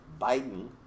Biden